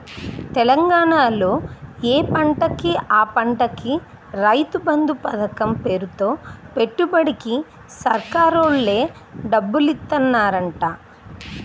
తెలంగాణాలో యే పంటకి ఆ పంటకి రైతు బంధు పతకం పేరుతో పెట్టుబడికి సర్కారోల్లే డబ్బులిత్తన్నారంట